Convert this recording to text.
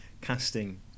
casting